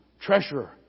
Treasurer